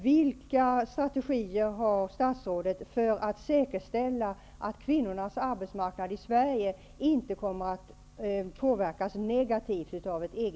Vilken strategi har statsrådet för att säkerställa att kvinnornas arbetsmarknad i Sverige inte kommer att påverkas negativt av ett EG